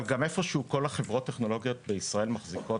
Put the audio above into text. אבל גם צריך לזכור שכל חברות הטכנולוגיה בישראל מחזיקות